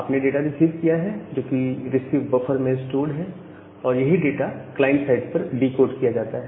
आपने data receive किया है जोकि रिसीव बफर में स्टोर है और यही डाटा क्लाइंट साइड पर डिकोड किया जाता है